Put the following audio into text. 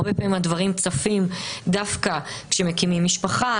הרבה פעמים הדברים צפים דווקא כשמקימים משפחה,